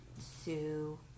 Sue